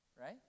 right